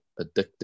addictive